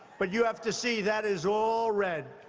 but you have to see, that is all red.